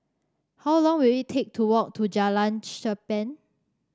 how long will it take to walk to Jalan Cherpen